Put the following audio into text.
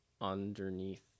underneath